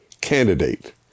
candidate